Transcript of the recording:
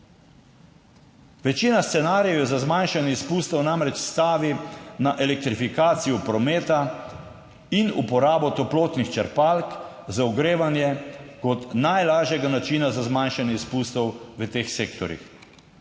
Večina scenarijev za zmanjšanje izpustov namreč stavi na elektrifikacijo prometa in uporabo toplotnih črpalk za ogrevanje kot najlažjega načina za zmanjšanje izpustov v teh sektorjih,